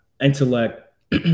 intellect